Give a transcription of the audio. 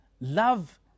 Love